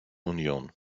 union